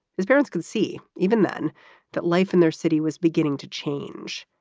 his parents could see even then that life in their city was beginning to change.